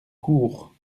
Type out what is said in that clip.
cours